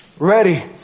ready